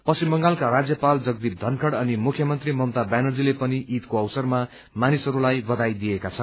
पश्चिम बंगालका राज्यपाल जगदीप धनखड अनि मुख्यमन्त्री ममता ब्यानर्जीले पनि ईदको अवसरमा मानिसहरूलाई बधाई दिएका छन्